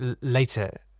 later